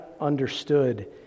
understood